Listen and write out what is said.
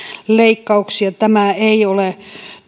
leikkauksia tämä ei ole